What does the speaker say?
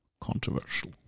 controversial